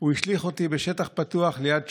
הוא השליך אותי בשטח פתוח ליד שוהם.